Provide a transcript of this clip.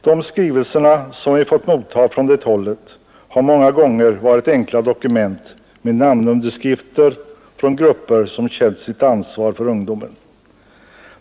De skrivelser som vi har fått motta från det hållet har många gånger varit enkla dokument med namnunderskrifter från grupper som känt sitt ansvar för ungdomen.